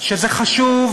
שזה חשוב,